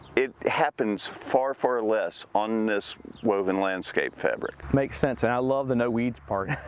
it happens far, far less on this woven landscape fabric. makes sense and i love the no weeds part.